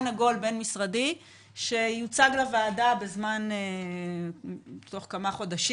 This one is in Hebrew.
עגול בין-משרדי שתוצג לוועדה בתוך כמה חודשים.